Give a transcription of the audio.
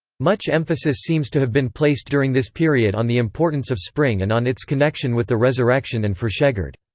much emphasis seems to have been placed during this period on the importance of spring and on its connection with the resurrection and frashegerd.